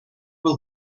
will